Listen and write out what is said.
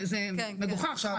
זה מגוחך.